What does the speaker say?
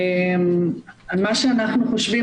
מה שאנחנו חושבים,